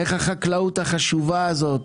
איך החקלאות החשובה הזאת,